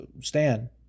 Stan